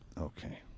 Okay